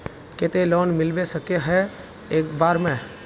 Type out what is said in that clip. केते लोन मिलबे सके है एक बार में?